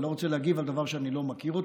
אני לא רוצה להגיב על דבר שאני לא מכיר.